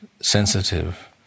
sensitive